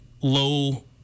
low